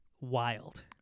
wild